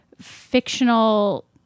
fictional